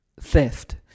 theft